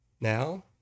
Now